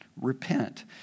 repent